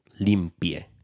limpie